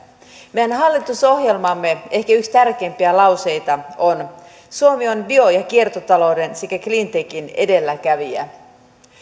meidän hallitusohjelmamme ehkä yksi tärkeimpiä lauseita on suomi on bio ja kiertotalouden sekä cleantechin edelläkävijä